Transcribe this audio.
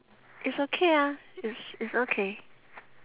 is okay ah is is okay